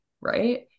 Right